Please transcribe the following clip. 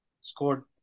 scored